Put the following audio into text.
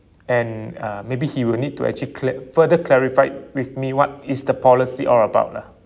and uh maybe he will need to actually cla~ further clarify with me what is the policy all about lah